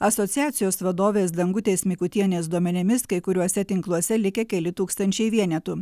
asociacijos vadovės dangutės mikutienės duomenimis kai kuriuose tinkluose likę keli tūkstančiai vienetų